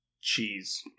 cheese